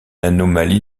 anomalie